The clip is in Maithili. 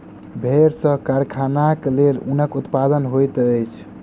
भेड़ सॅ कारखानाक लेल ऊनक उत्पादन होइत अछि